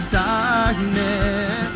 darkness